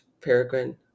Peregrine